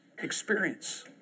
Experience